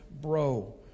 bro